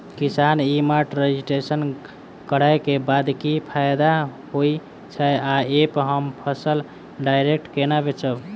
किसान e mart registration करै केँ बाद की फायदा होइ छै आ ऐप हम फसल डायरेक्ट केना बेचब?